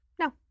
No